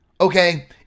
Okay